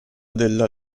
della